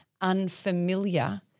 unfamiliar